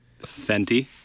Fenty